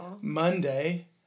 Monday